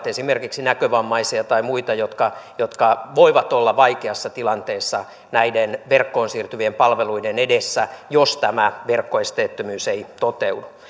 esimerkiksi näkövammaisia tai muita jotka jotka voivat olla vaikeassa tilanteessa näiden verkkoon siirtyvien palveluiden edessä jos tämä verkkoesteettömyys ei toteudu